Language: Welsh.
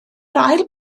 ail